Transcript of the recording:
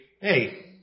hey